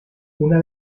una